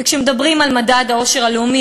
וכשמדברים על מדד העושר הלאומי,